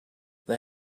they